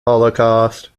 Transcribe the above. holocaust